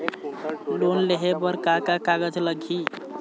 Loan लेहे बर का का कागज लगही?